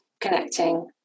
connecting